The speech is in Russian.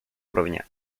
уровня